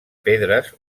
pedres